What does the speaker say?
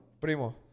Primo